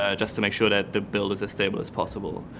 ah just to make sure that the build is as stable as possible.